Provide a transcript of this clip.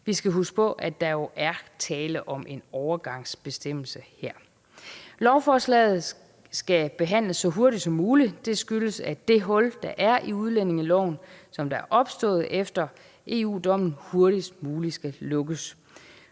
Vi skal huske på, at der jo er tale om en overgangsbestemmelse her. Lovforslaget skal behandles så hurtigt som muligt. Det skyldes, at det hul, der er i udlændingeloven, og som er opstået efter EU-dommen, hurtigst muligt skal lukkes.